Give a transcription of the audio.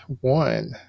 one